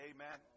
Amen